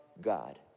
God